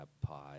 Pod